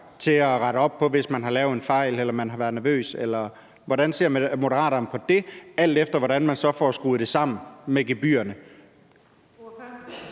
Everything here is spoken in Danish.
til at rette op på, hvis man har lavet en fejl eller man har været nervøs? Hvordan ser Moderaterne på det – alt efter hvordan man så får skruet det sammen med gebyrerne?